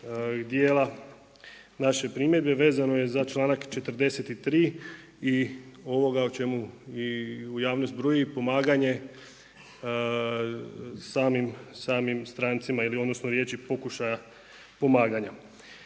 dijela naše primjedbe vezano je za članak 43. i ovoga o čemu i javnost bruji pomaganje samim strancima ili odnosno riječi pokušaja pomaganja.